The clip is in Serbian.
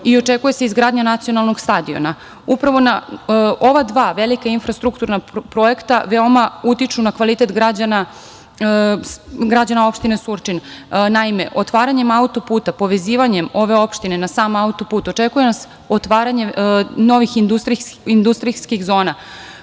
i očekuje se izgradnja nacionalnog stadiona. Upravo ova dva velika infrastrukturna projekta veoma utiču na kvalitet građana opštine Surčin. Naime, otvaranjem autoputa, povezivanjem ove opštine na sam autoput, očekuje nas otvaranje novih industrijskih zona,